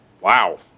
Wow